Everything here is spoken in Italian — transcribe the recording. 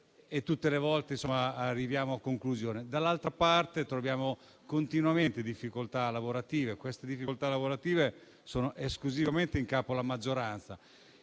e tutte le volte arriviamo a conclusione. Dall'altra parte, troviamo continuamente difficoltà lavorative, che sono esclusivamente in capo alla maggioranza.